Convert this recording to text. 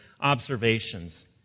observations